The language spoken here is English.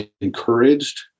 encouraged